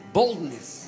boldness